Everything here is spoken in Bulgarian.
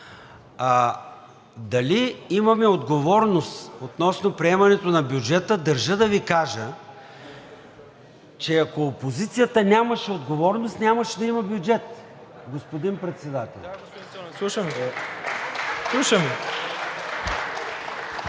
Дали имаме отговорност относно приемането на бюджета – държа да Ви кажа, че ако опозицията нямаше отговорност, нямаше да има бюджет, господин Председател. (Ръкопляскания